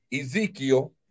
Ezekiel